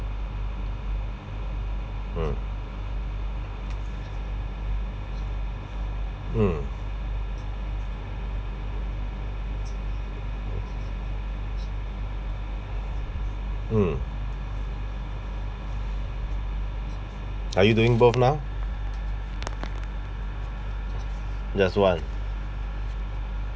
mm mm mm are you doing both now just one